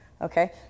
Okay